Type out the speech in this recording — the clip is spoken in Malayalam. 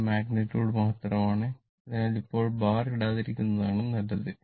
ഇത് മാഗ്നിറ്റുഡ് മാത്രമാണ് അതിനാൽ ഇപ്പോൾ ബാർ ഇടാതിരിക്കുന്നതാണ് നല്ലത്